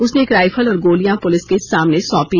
उसने एक रायफल और गोलिया सौंपा पुलिस के सामने सौंपी